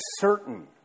certain